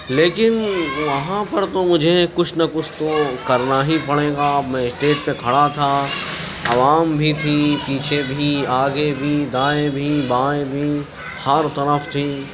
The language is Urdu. لیکن وہاں پر تو مجھے کچھ نہ کچھ تو کرنا ہی پڑے گا میں اسٹیج پہ کھڑا تھا عوام بھی تھی پیچھے بھی آگے بھی دائیں بھی بائیں بھی ہر طرف تھی